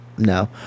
No